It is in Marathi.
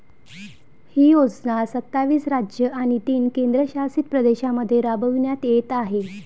ही योजना सत्तावीस राज्ये आणि तीन केंद्रशासित प्रदेशांमध्ये राबविण्यात येत आहे